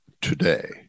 today